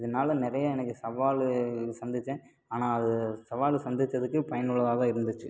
இதனால நிறைய எனக்கு சவால் சந்தித்தேன் ஆனால் அது சவால் சந்தித்ததுக்கு பயனுள்ளதாக இருந்துச்சு